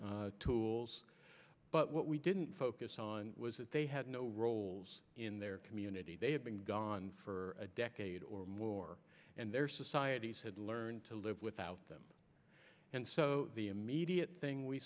tools but what we didn't focus on was that they had no roles in their community they had been gone for a decade or more and their societies had learned to live without them and so the immediate thing we